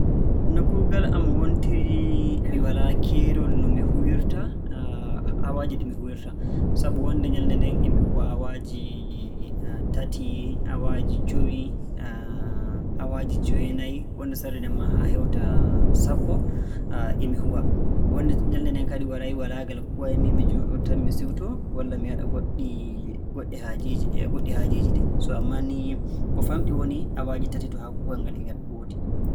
No kuugal am wontiri, mi walaa keerol no mi huwirta. Awaaji ɗi mi huwirta, sabu wonnde sarde nden e mi huwa awaaji tati, awaaji jowi, awaaji joweenayi, wonnde sarde nden maa haa heewta sappo e mi huwa. Wonnde nyalnde nden kadi waray walaa ngal kuway-mi, mi njooɗoo tan mi siwtoo, walla mi waɗa goɗɗi - goɗɗi haaje-- goɗɗi haajeeji ɗin. So ammaa ni ko famɗi woni awaaji tati to haa kuugal ngal e ngal woodi